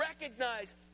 recognize